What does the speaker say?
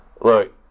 look